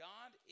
God